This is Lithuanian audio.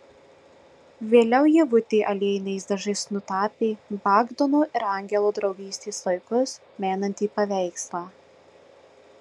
vėliau ievutė aliejiniais dažais nutapė bagdono ir angelo draugystės laikus menantį paveikslą